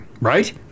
Right